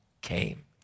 came